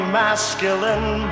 masculine